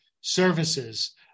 Services